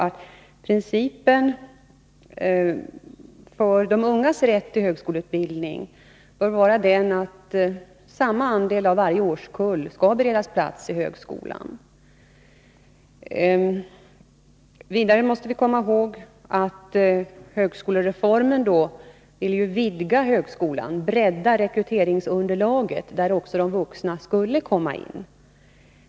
Principen för de ungas rätt till högskoleutbildning bör vara den att samma andel av varje årskull skall beredas plats i högskola. Vidare måste vi komma ihåg att högskolereformen avsåg att vidga högskolan, bredda rekryteringsunderlaget så att också de vuxna skulle komma in.